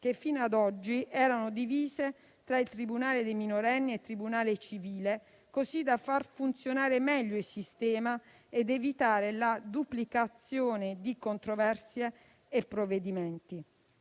che fino ad oggi erano divise tra il tribunale per i minorenni e il tribunale civile, così da far funzionare meglio il sistema ed evitare la duplicazione di controversie e provvedimenti.